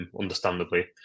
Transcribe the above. understandably